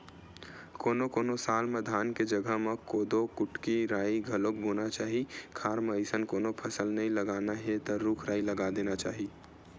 कोनो कोनो साल म धान के जघा म कोदो, कुटकी, राई घलोक बोना चाही खार म अइसन कोनो फसल नइ लगाना हे त रूख राई लगा देना चाही